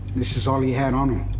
this is all he had on him.